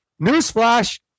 newsflash